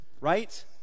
right